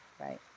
right